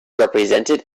represented